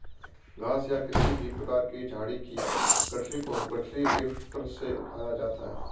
घास या किसी भी प्रकार की झाड़ी की गठरी को गठरी लिफ्टर से उठाया जाता है